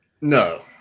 No